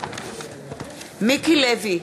מיקי לוי,